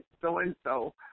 so-and-so